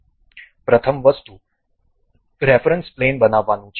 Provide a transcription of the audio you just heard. પ્રથમ વસ્તુ reference plane બનાવવાનું છે